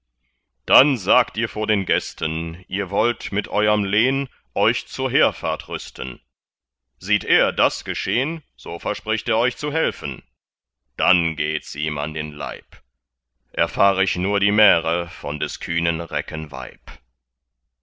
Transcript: dann sagt ihr vor den gästen ihr wollt mit euerm lehn euch zur heerfahrt rüsten sieht er das geschehn so verspricht er euch zu helfen dann gehts ihm an den leib erfahr ich nur die märe von des kühnen recken weib